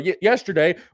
yesterday